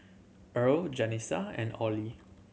Irl Janessa and Orley